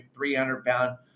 300-pound